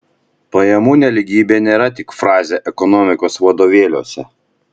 pajamų nelygybė nėra tik frazė ekonomikos vadovėliuose